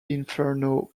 inferno